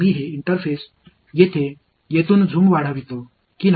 இந்த இன்டர்பேஸ் பெரிதாக்கி இங்கே நம்மால் பார்க்க முடியும்